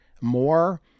more